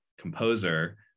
composer